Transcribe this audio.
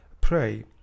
pray